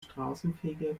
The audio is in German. straßenfeger